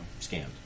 scammed